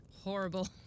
horrible